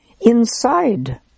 inside